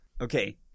Okay